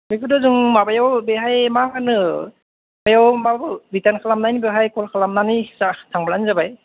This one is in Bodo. बेखौथ' जों माबायाव बेहाय मा होनो बेयाव मा रितार्न खालामनायनि बेवहाय कल खालामनानै जास्त थांबानो जाबाय